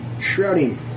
Shrouding